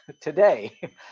today